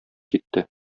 китте